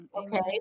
okay